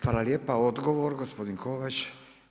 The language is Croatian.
Hvala lijepa odgovor gospodin Kovač.